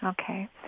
Okay